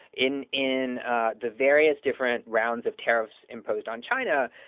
in in the various different rounds of tariffs imposed on china,